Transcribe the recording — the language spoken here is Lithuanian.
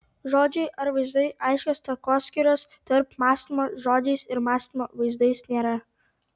žodžiai ar vaizdai aiškios takoskyros tarp mąstymo žodžiais ir mąstymo vaizdais nėra